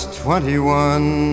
twenty-one